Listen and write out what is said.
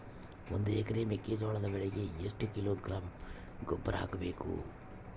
ಒಂದು ಎಕರೆ ಮೆಕ್ಕೆಜೋಳದ ಬೆಳೆಗೆ ಎಷ್ಟು ಕಿಲೋಗ್ರಾಂ ಗೊಬ್ಬರ ಹಾಕಬೇಕು?